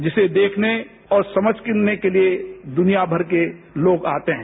जिसे देखने और समझने के लिए दुनियामर के लोग आते है